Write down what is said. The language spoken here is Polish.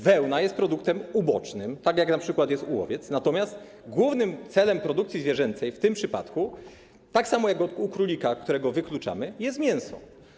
Wełna jest produktem ubocznym, tak np. jest u owiec, natomiast głównym celem produkcji zwierzęcej w tym przypadku, tak samo jak w przypadku królika, którego wykluczamy, jest mięso.